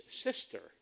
sister